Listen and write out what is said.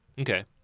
Okay